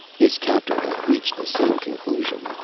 his captor had reached the same conclusion.